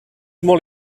molt